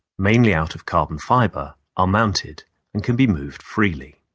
mainly out of carbon fiber, are mounted and can be moved freely.